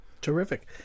Terrific